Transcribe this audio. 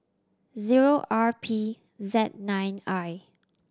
zero R P Z nine I